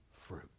fruit